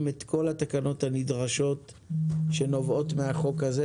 את כל התקנות הנדרשות שנובעות מהחוק הזה.